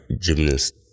gymnast